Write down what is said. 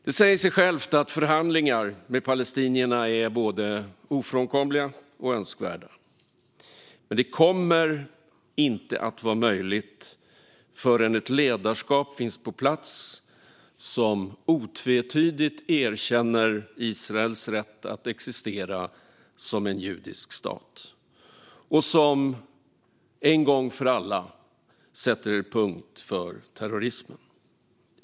Det säger sig självt att förhandlingar med palestinierna är både ofrånkomliga och önskvärda. Men det kommer inte att vara möjligt förrän ett ledarskap finns på plats som otvetydigt erkänner Israels rätt att existera som en judisk stat och som en gång för alla sätter punkt för terrorismen.